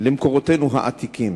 למקורותינו העתיקים.